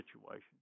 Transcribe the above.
situation